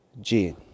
gene